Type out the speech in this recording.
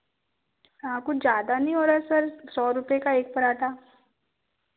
कुछ ज्यादा नहीं हो रहा सर सौ रुपये का एक पराँठा